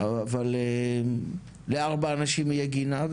אבל לארבע אנשים יהיה גינה,